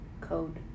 Code